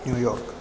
New York